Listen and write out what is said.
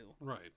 right